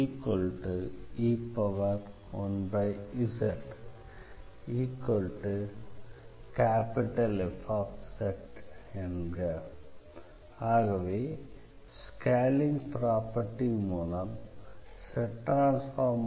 1z3e1zFz say ஆகவே scaling property மூலம் Zan